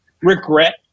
regret